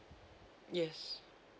yes